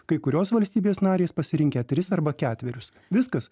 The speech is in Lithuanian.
kai kurios valstybės narės pasirinkę tris arba ketverius viskas